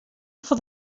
for